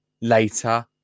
later